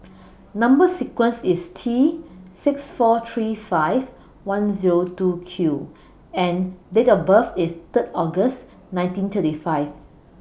Number sequence IS T six four three five one Zero two Q and Date of birth IS Third August nineteen thirty five